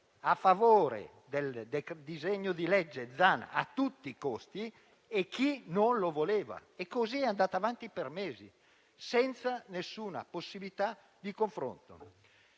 a favore del disegno di legge Zan a tutti i costi e chi non lo voleva. E così è andata avanti per mesi senza possibilità alcuna di confronto.